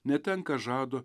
netenka žado